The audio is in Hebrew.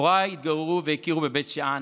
הוריי התגוררו והכירו בבית שאן.